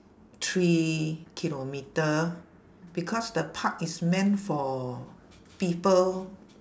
three kilometre because the park is meant for people